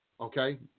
Okay